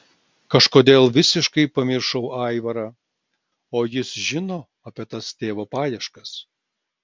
kažkodėl visiškai pamiršau aivarą o jis žino apie tas tėvo paieškas